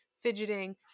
fidgeting